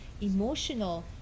emotional